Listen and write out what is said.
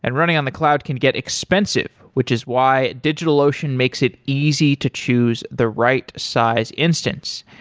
and running on the cloud can get expensive, which is why digitalocean makes it easy to choose the right size instance.